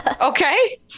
Okay